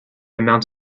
amount